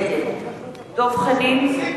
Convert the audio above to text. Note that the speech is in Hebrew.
נגד דב חנין,